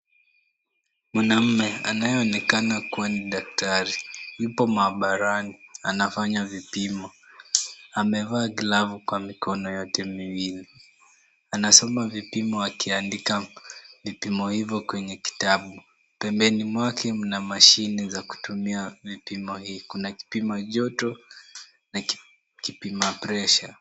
Mwanaume anayeonekana kuwa ni daktari, yupo maabarani, anafanya vipimo. Amevaa glavu kwa mikono yote miwili. Anasoma vipimo, akiandika vipimo hivo kwenye kitabu. Pembeni mwake, mna mashine za kutumia vipimo hivo, kuna kipima joto na kipima presha .